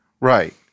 Right